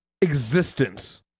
existence